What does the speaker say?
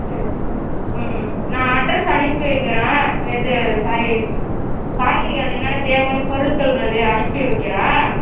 சரி ம் நான் அட்ரஸ் அனுப்பி வைக்கிறேன் இது சாரி காய்கறி அது என்னென்ன தேவைன்னு பொருட்கள் அது அனுப்ச்சு வைக்கிறேன்